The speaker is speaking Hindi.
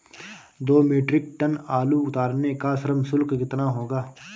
दो मीट्रिक टन आलू उतारने का श्रम शुल्क कितना होगा?